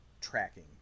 tracking